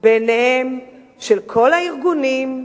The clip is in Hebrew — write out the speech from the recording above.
בעיניהם של כל הארגונים,